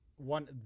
one